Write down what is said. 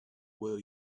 will